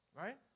Right